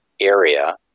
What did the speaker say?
area